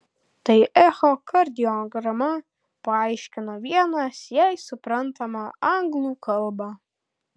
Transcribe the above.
tai echokardiograma paaiškino vienas jai suprantama anglų kalba